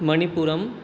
मणिपुरम्